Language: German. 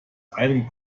einem